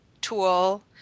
tool